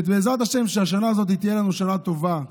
שבעזרת השם השנה הזאת תהיה לנו שנה טובה.